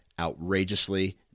outrageously